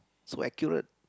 so accurate